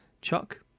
Chuck